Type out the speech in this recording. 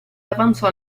avanzò